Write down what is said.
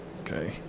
Okay